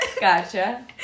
gotcha